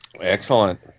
Excellent